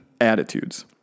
attitudes